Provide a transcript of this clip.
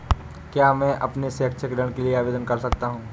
क्या मैं अपने शैक्षिक ऋण के लिए आवेदन कर सकता हूँ?